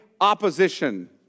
opposition